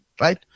right